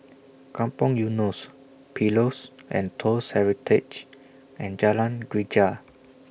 Kampong Eunos Pillows and Toast Heritage and Jalan Greja